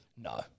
No